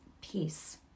peace